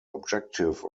objective